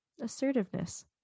assertiveness